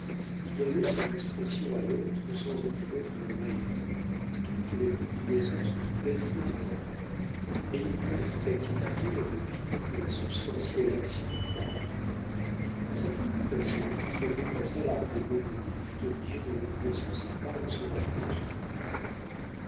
il allait d'une expression à l'autre sans en connaître la valeur toutes les combinaisons se pressaient dans sa tête et il prenait cette activité dans le vide pour la substantielle action du talent dans sa préoccupation il dépassa la rue des bourdonnais et fut obligé de revenir sur ses pas en se rappelant son oncle